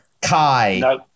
Kai